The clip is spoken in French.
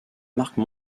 marque